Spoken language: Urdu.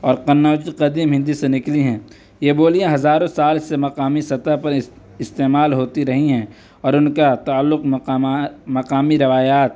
اور قنّوجی قدیم ہندی سے نکلی ہیں یہ بولیاں ہزاروں سال سے مقامی سطح پر استعمال ہوتی رہی ہیں اور ان کا تعلق مقام مقامی روایات